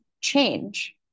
change